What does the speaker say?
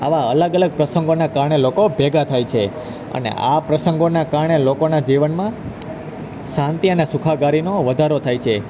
આવા અલગ અલગ પ્રસંગોના કારણે લોકો ભેગા થાય છે અને આ પ્રસંગોના કારણે લોકોના જીવનમાં શાંતિ અને સુખાકારીનો વધારો થાય છે